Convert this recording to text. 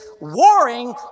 warring